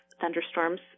thunderstorms